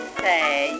say